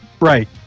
right